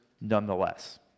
nonetheless